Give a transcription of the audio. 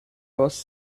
was